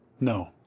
No